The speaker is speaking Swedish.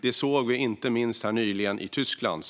Det har vi inte minst nyligen kunnat se i Tyskland.